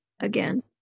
again